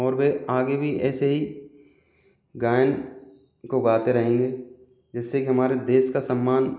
और वह आगे भी ऐसे ही गायन को गाते रहेंगे जिससे कि हमारे देश का सम्मान